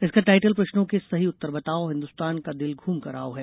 इसका टाइटल प्रश्नों के सही उत्तर बताओ हिन्दुस्तान का दिल घूमकर आओ है